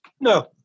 No